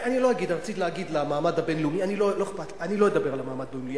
רציתי להגיד "למעמד הבין-לאומי"; אני לא אדבר על המעמד הבין-לאומי,